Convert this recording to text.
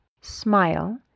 smile